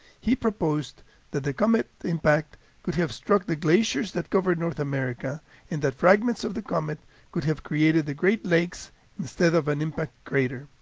he proposed that the comet impact could have struck the glaciers that covered north america and that fragments of the comet could have created the great lakes instead of an impact crater.